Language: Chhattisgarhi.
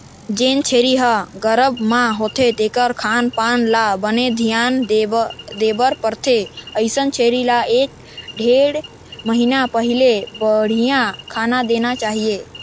जेन छेरी ह गरभ म होथे तेखर खान पान ल बने धियान देबर परथे, अइसन छेरी ल एक ढ़ेड़ महिना पहिली बड़िहा खाना देना चाही